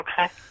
Okay